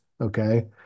okay